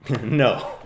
No